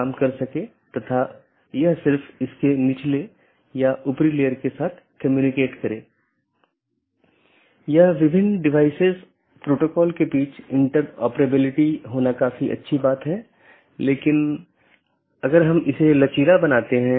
इसलिए हमारा मूल उद्देश्य यह है कि अगर किसी ऑटॉनमस सिस्टम का एक पैकेट किसी अन्य स्थान पर एक ऑटॉनमस सिस्टम से संवाद करना चाहता है तो यह कैसे रूट किया जाएगा